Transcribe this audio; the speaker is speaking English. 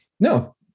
No